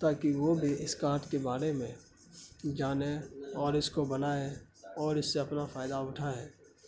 تاکہ وہ بھی اس کارڈ کے بارے میں جانے اور اس کو بنائے اور اس سے اپنا فائدہ اٹھائے